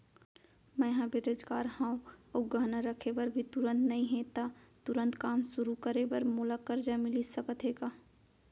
मैं ह बेरोजगार हव अऊ गहना रखे बर भी तुरंत नई हे ता तुरंत काम शुरू करे बर मोला करजा मिलिस सकत हे का?